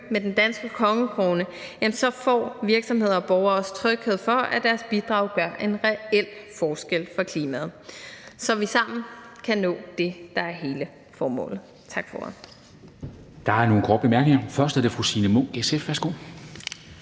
med den danske kongekrone , får virksomheder og borgere også tryghed for, at deres bidrag gør en reel forskel for klimaet, så vi sammen kan nå det, der er hele formålet. Tak for